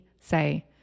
say